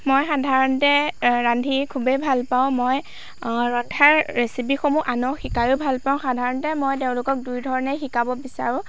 মই সাধাৰণতে ৰান্ধি খুবেই ভাল পাওঁ মই ৰন্ধাৰ ৰেচিপিসমূহ আনক শিকাইয়ো ভাল পাওঁ সাধাৰণতে মই তেওঁলোকক দুই ধৰণে শিকাব বিচাৰোঁ